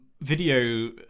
video